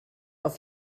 auf